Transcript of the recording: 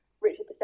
Richard